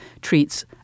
treats